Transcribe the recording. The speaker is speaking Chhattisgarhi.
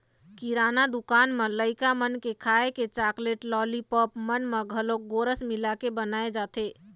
किराना दुकान म लइका मन के खाए के चाकलेट, लालीपॉप मन म घलोक गोरस मिलाके बनाए जाथे